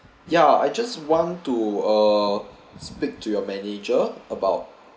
ya I just want to uh speak to your manager about